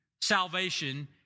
salvation